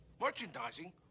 Merchandising